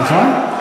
סליחה?